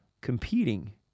competing